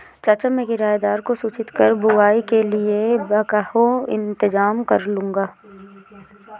चाचा मैं किराएदार को सूचित कर बुवाई के लिए बैकहो इंतजाम करलूंगा